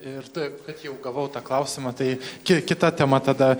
ir tai kad jau gavau tą klausimą tai ki kita tema tada